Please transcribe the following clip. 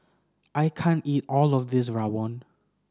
I can't eat all of this Rawon